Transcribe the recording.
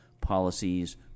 policies